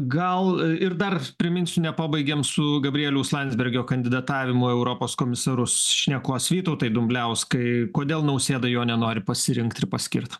gal ir dar priminsiu nepabaigėm su gabrieliaus landsbergio kandidatavimo europos komisarus šnekos vytautai dumbliauskai kodėl nausėda jo nenori pasirinkt ir paskirt